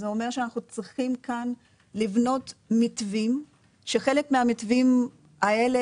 זה אומר שאנחנו צריכים כאן לבנות מתווים שחלק מהמתווים האלה